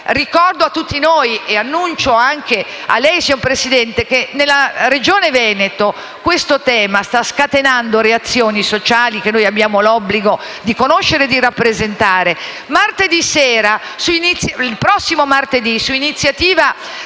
Ricordo a tutti noi e annuncio a lei, signor Presidente, che nella Regione Veneto questo tema sta scatenando reazioni sociali che abbiamo l'obbligo di conoscere e di rappresentare. Il prossimo martedì sera, su iniziativa